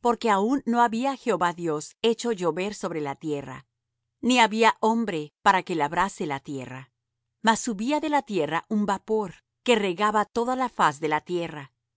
porque aun no había jehová dios hecho llover sobre la tierra ni había hombre para que labrase la tierra mas subía de la tierra un vapor que regaba toda la faz de la tierra